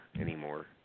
anymore